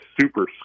super